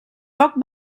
poc